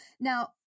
Now